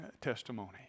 testimony